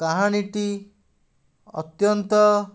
କାହାଣୀଟି ଅତ୍ୟନ୍ତ